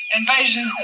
invasion